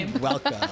welcome